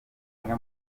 zimwe